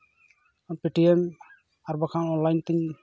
Paytm ᱟᱨ ᱵᱟᱝᱠᱷᱟᱱ online ᱛᱮᱧ